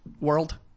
world